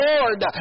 Lord